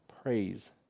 Praise